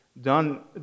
done